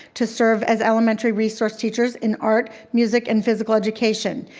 to serve as elementary resource teachers in art, music, and physical education.